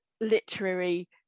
literary